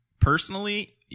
Personally